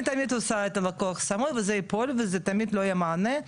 אני תמיד עושה את וזה ייפול וזה תמיד לא יהיה מענה,